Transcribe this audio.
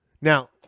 Now